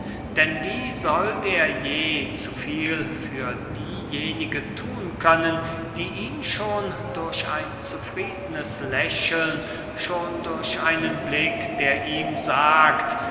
denn wie sollt er je zu viel für diejenige thun können die ihn schon durch ein zufriednes lächeln schon durch einen blick der ihm sagt